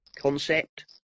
concept